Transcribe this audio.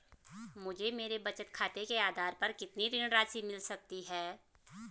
मुझे मेरे बचत खाते के आधार पर कितनी ऋण राशि मिल सकती है?